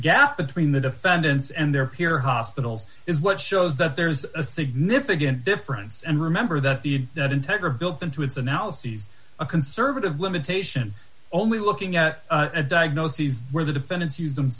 gap between the defendants and their peer hospitals is what shows that there's a significant difference and remember that the integra built into its analyses a conservative limitation only looking at a diagnoses where the defendants use them